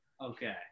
Okay